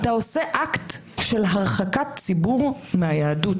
אתה עושה אקט של הרחקת ציבור מהיהדות.